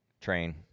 Train